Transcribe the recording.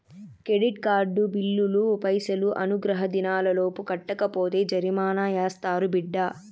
credit card బిల్లులు పైసలు అనుగ్రహ దినాలలోపు కట్టకపోతే జరిమానా యాస్తారు బిడ్డా